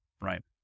right